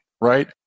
right